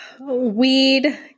Weed